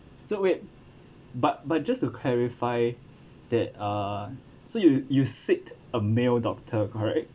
so wait but but just to clarify that uh so you you seek a male doctor correct